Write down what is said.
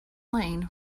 lane